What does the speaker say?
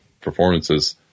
performances